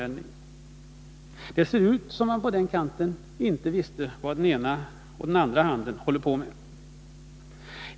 Det ser ut som om den ena handen på den kanten inte vet vad den andra håller på med.